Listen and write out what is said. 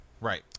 Right